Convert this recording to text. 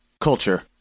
Culture